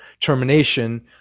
termination